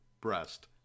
breast